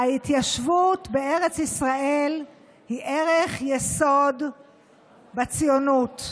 ההתיישבות בארץ ישראל היא ערך יסוד בציונות,